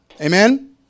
Amen